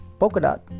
Polkadot